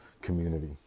community